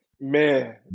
man